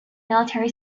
military